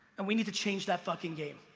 and we need to change that fucking game.